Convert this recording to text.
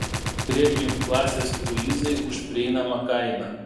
premium klasės kruizai už prieinamą kainą